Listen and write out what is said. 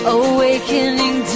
awakening